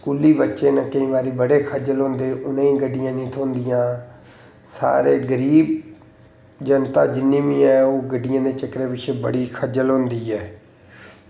स्कूली बच्चे न केईं बारी बड़े खज्जल होंदे उ'नें गी गड्डियां नेईं थ्होंदियां सारै गरीब जनता जिन्नी बी ऐ ओह् गड्डियें दै चक्करै पिच्छें बड़ी खज्जल होंदी ऐ